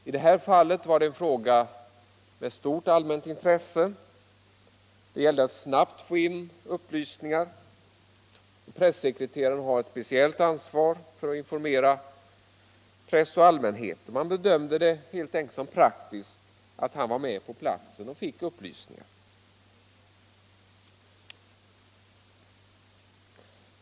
I detta fall var det en fråga av stort allmänt intresse och det gällde att snabbt få in upplysningar. En pressekreterare har ett speciellt ansvar för att informera press och allmänhet. Man bedömde det helt enkelt som praktiskt att han var med på platsen och fick upplysningar.